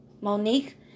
Monique